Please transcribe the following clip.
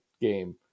game